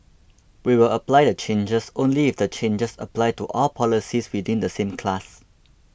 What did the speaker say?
we will apply the changes only if the changes apply to all policies within the same class